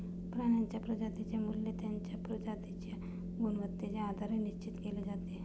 प्राण्यांच्या प्रजातींचे मूल्य त्यांच्या प्रजातींच्या गुणवत्तेच्या आधारे निश्चित केले जाते